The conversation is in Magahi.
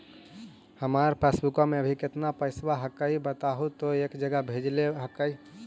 हमार पासबुकवा में अभी कितना पैसावा हक्काई बताहु तो एक जगह भेजेला हक्कई?